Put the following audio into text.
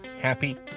happy